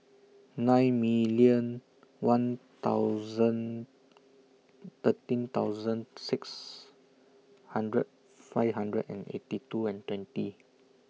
nine million one thousand thirteen thousand six hundred five hundred and eighty two and twenty